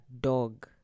dog